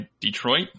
Detroit